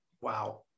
wow